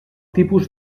tipus